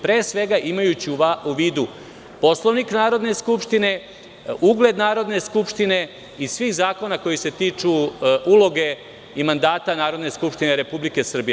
Pre svega, imajući u vidu Poslovnik Narodne skupštine, ugled Narodne skupštine i svih zakona koji se tiču uloge i mandata Narodne skupštine Republike Srbije.